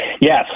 Yes